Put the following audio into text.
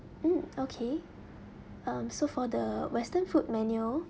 mm okay um so for the western food menu